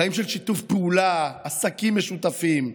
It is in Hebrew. חיים של שיתוף פעולה, עסקים משותפים,